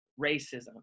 racism